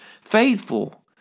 faithful